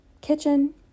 kitchen